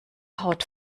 haut